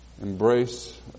embrace